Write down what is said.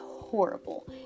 horrible